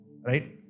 right